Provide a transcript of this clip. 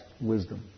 wisdom